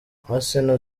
arsenal